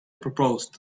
proposed